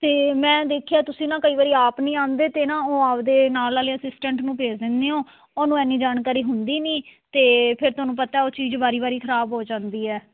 ਅਤੇ ਮੈਂ ਦੇਖਿਆ ਤੁਸੀਂ ਨਾ ਕਈ ਵਾਰੀ ਆਪ ਨਹੀਂ ਆਉਂਦੇ ਅਤੇ ਨਾ ਉਹ ਆਪਦੇ ਨਾਲ ਵਾਲੇ ਅਸਿਸਟੈਂਟ ਨੂੰ ਭੇਜ ਦਿੰਦੇ ਹੋ ਉਹਨੂੰ ਇੰਨੀ ਜਾਣਕਾਰੀ ਹੁੰਦੀ ਨਹੀਂ ਅਤੇ ਫਿਰ ਤੁਹਾਨੂੰ ਪਤਾ ਉਹ ਚੀਜ਼ ਵਾਰੀ ਵਾਰੀ ਖਰਾਬ ਹੋ ਜਾਂਦੀ ਹੈ